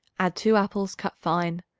add two apples cut fine,